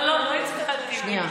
לא, לא הצבעתי, מיקי.